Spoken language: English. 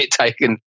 taken